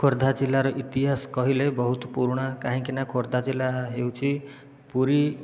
ଖୋର୍ଦ୍ଧା ଜିଲ୍ଲାର ଇତିହାସ କହିଲେ ବହୁତ ପୁରୁଣା କାହିଁକି ନା ଖୋର୍ଦ୍ଧା ଜିଲ୍ଲା ହେଉଛି ପୁରୀ